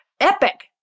epic